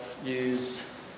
use